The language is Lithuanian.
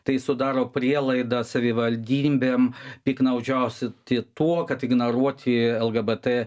tai sudaro prielaidas savivaldybėm piktnaudžiausiti tuo kad ignoruoti lgbt